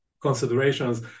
considerations